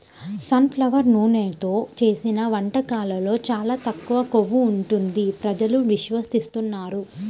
sun flower నూనెతో చేసిన వంటకాల్లో చాలా తక్కువ కొవ్వు ఉంటుంది ప్రజలు విశ్వసిస్తున్నారు